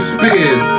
Spears